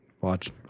watch